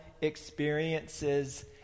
experiences